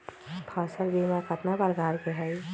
फसल बीमा कतना प्रकार के हई?